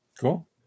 Cool